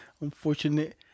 Unfortunate